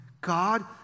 God